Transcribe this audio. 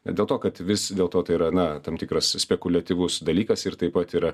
ne dėl to kad vis dėlto tai yra na tam tikras spekuliatyvus dalykas ir taip pat yra